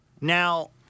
Now